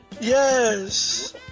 Yes